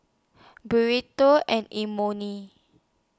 Burrito and Imoni